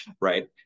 right